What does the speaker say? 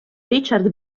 richard